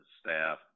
staff